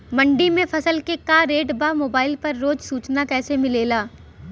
मंडी में फसल के का रेट बा मोबाइल पर रोज सूचना कैसे मिलेला?